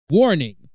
Warning